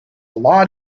lot